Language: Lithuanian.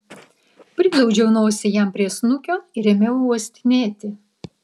priglaudžiau nosį jam prie snukio ir ėmiau uostinėti